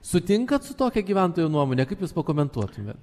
sutinkat su tokia gyventojų nuomone kaip jūs pakomentuotumėt